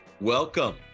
Welcome